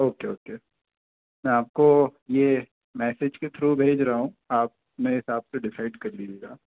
okay okay मैं आपको ये मैसेज के थ्रू भेज रहा हूँ आप मेरे हिसाब से डिसाइड कर लीजिएगा